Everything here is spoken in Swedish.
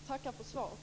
Jag tackar för svaret.